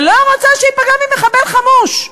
ולא רוצה שייפגע ממחבל חמוש.